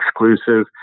exclusive